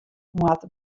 moat